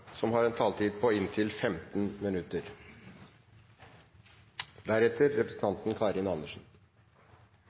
ordet, har en taletid på inntil 3 minutter.